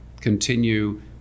continue